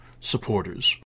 supporters